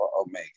omega